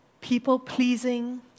People-pleasing